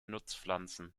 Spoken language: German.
nutzpflanzen